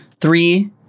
three